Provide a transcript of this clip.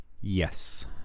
yes